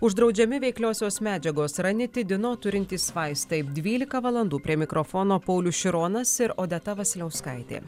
uždraudžiami veikliosios medžiagos ranitidino turintys vaistai dvylika valandų prie mikrofono paulius šironas ir odeta vasiliauskaitė